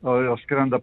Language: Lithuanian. o jos skrenda